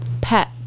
pet